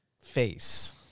face